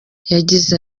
yagize